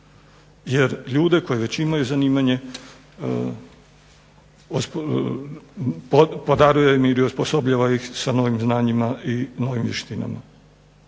jer ljude koji već imaju zanimanje osposobljavaju ih sa novim znanjima i novim vještinama.